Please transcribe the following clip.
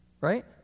Right